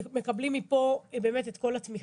מקבלים מפה באמת את כל התמיכה.